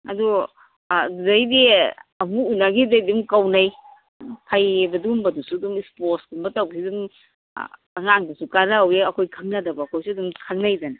ꯑꯗꯣ ꯑꯗꯨꯗꯩꯗꯤ ꯑꯃꯨꯛ ꯎꯅꯒꯤꯕꯗꯒꯤ ꯑꯗꯨꯝ ꯀꯧꯅꯩ ꯐꯩꯌꯦꯕ ꯑꯗꯨꯝꯕꯗꯨꯁꯨ ꯑꯗꯨꯝ ꯏꯁꯄꯣꯔꯠꯀꯨꯝꯕ ꯇꯧꯕꯁꯤꯗ ꯑꯗꯨꯝ ꯑꯉꯥꯡꯗꯁꯨ ꯀꯥꯟꯅꯍꯧꯏ ꯑꯩꯈꯣꯏ ꯈꯪꯅꯗꯕ ꯑꯩꯈꯣꯏꯁꯨ ꯑꯗꯨꯝ ꯈꯪꯅꯩꯗꯅ